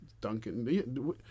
Duncan